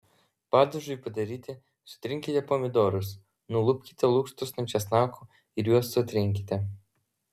padažui padaryti sutrinkite pomidorus nulupkite lukštus nuo česnakų ir juos sutrinkite